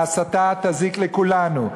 ההסתה תזיק לכולנו.